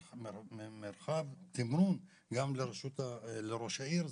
מרחב תמרון גם לראש העיר.